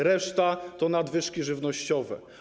Reszta to nadwyżki żywnościowe.